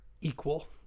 equal